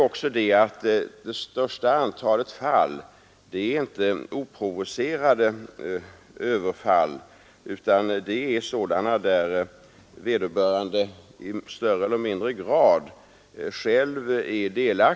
Vidare utgörs det största antalet fall inte av oprovocerad misshandel utan av fall där vederbörande i större eller mindre grad själv är delaktig.